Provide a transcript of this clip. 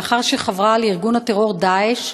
לאחר שחברה לארגון הטרור "דאעש"